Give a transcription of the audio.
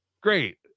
great